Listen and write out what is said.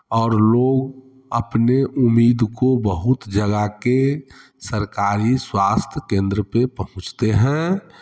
और लोग अपने उम्मीद को बहुत जला के सरकारी स्वास्थ केन्द्र पर पहुँचते हैं